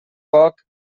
foc